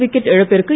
wicket இழப்பிற்கு